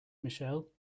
michelle